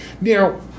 Now